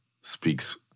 speaks